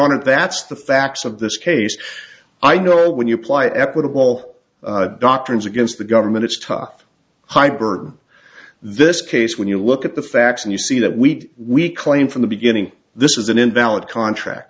don't it that's the facts of this case i know when you apply equitable doctrines against the government it's tough hyper this case when you look at the facts and you see that we've we claim from the beginning this is an invalid contract